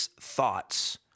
thoughts